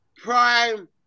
Prime